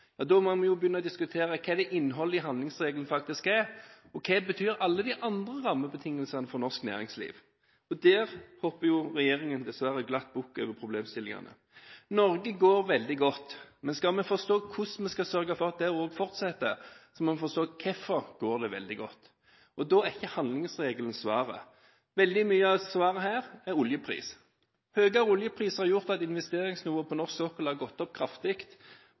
Da må man begynne å diskutere hva innholdet i handlingsregelen faktisk er, og hva alle de andre rammebetingelsene betyr for norsk næringsliv. Der hopper regjeringen dessverre glatt bukk over problemene. Norge går veldig godt, men skal vi forstå hvordan vi skal sørge for at dette fortsetter, må vi forstå hvorfor det går veldig godt. Da er ikke handlingsregelen svaret. Veldig mye av svaret er oljepris. Høyere oljepris har gjort at investeringsnivået på norsk sokkel har gått kraftig opp.